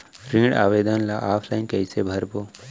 ऋण आवेदन ल ऑफलाइन कइसे भरबो?